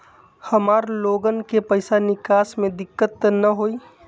हमार लोगन के पैसा निकास में दिक्कत त न होई?